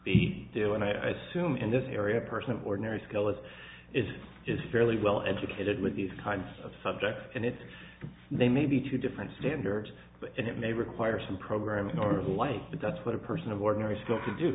he do and i assume in this area a person ordinary skill it is is fairly well educated with these kinds of subjects and if they may be two different standard and it may require some programming or a life that that's what a person of ordinary skill to do